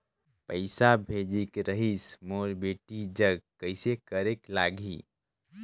पइसा भेजेक रहिस मोर बेटी जग कइसे करेके लगही?